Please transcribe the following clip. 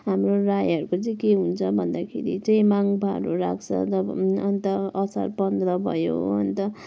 हाम्रो राईहरूको चाहिँ के हुन्छ भन्दाखेरि चाहिँ माङ्पाहरू राख्छ जब अन्त असार पन्ध्र भयो अन्त